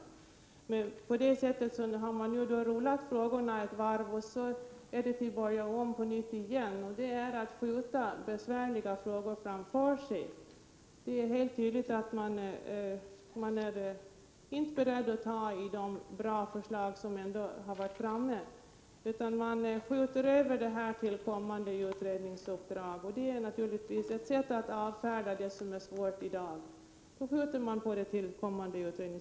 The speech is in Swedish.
Att rulla frågorna ett varv och sedan börja om på nytt är att skjuta de besvärliga frågorna framför sig. Det är tydligt att man inte är beredd att ta vara på de goda förslag som har lagts fram, utan man skjuter över det hela till ett kommande utredningsuppdrag. Det är naturligtvis ett sätt att avfärda det som är svårt i dag.